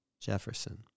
Jefferson